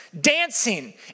dancing